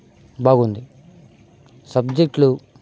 బాగుంది సబ్జెక్ట్లు